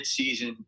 midseason